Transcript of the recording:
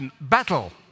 battle